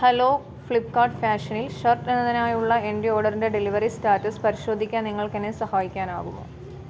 hello Flipkart ഫാഷനിൽ shirt എന്നതിനായുള്ള എൻ്റെ ഓർഡറിൻറെ ഡെലിവറി സ്റ്റാറ്റസ് പരിശോധിക്കാൻ നിങ്ങൾക്ക് എന്നെ സഹായിക്കാനാകുമോ